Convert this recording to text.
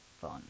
fun